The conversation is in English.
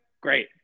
Great